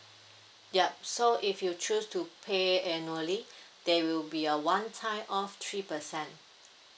yup so if you choose to pay annually there will be a one time off three percent